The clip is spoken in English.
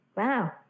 Wow